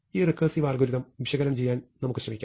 ഈ recursive algorithm വിശകലനം ചെയ്യാൻ നമുക്ക് ശ്രമിക്കാം